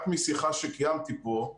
רק משיחה שקיימתי פה,